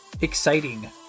exciting